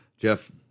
Jeff